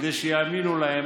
כדי שיאמינו להם,